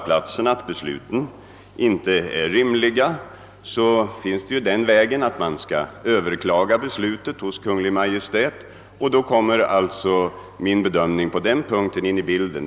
platsen finner att besluten inte är rimliga kan man överklaga besluten hos Kungl. Maj:t, och då kommer min bedömning in i bilden.